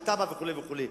וכו' וכו'.